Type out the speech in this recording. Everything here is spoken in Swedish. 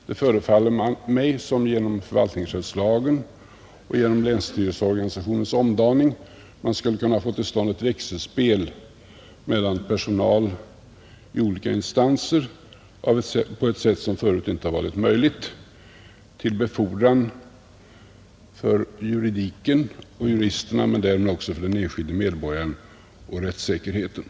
Det förefaller mig som om man genom förvaltningsrättslagen och genom länsstyrelseorganisationens omdaning skulle kunna få till stånd ett växelspel mellan personal i olika instanser på ett sätt som förut inte har varit möjligt — till befordran för juridiken och juristerna men därmed också för den enskilda medborgaren och rättssäkerheten.